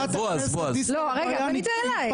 חברת הכנסת דיסטל אטבריאן התפרצה לדבריי,